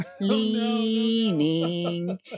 leaning